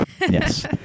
yes